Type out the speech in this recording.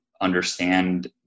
understand